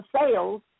sales